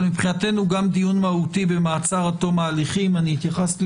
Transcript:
אבל מבחינתנו גם דיון מהותי במעצר עד תום ההליכים התייחסתי